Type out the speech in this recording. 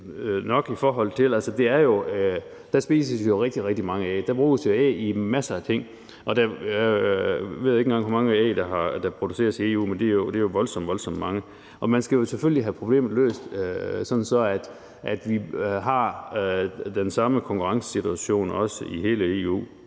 rigtig, rigtig mange æg. Der bruges æg i masser af ting. Jeg ved ikke engang, hvor mange æg der produceres i EU, men det er jo voldsomt, voldsomt mange, og man skal selvfølgelig have problemet løst, sådan at vi har den samme konkurrencesituation i hele EU.